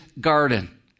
garden